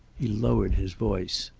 he lowered his voice.